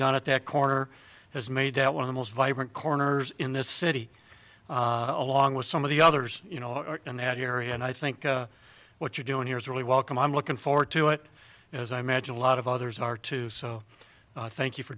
done at that corner has made one of the most vibrant corners in this city along with some of the others you know in that area and i think what you're doing here is really welcome i'm looking forward to it as i magine a lot of others are too so thank you for